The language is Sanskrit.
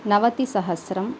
नवतिसहस्रं